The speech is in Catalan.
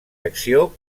acció